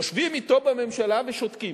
יושבים אתו בממשלה ושותקים.